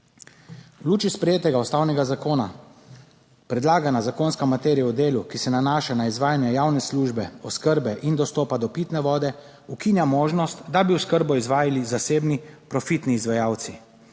V luči sprejetega ustavnega zakona predlagana zakonska materija v delu, ki se nanaša na izvajanje javne službe oskrbe in dostopa do pitne vode, ukinja možnost, da bi oskrbo izvajali zasebni profitni izvajalci.